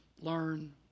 learn